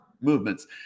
movements